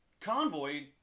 convoy